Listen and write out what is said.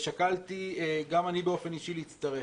שקלתי גם אני באופן אישי להצטרף.